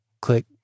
click